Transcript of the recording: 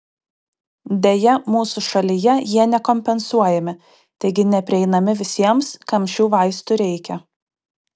deja mūsų šalyje jie nekompensuojami taigi neprieinami visiems kam šių vaistų reikia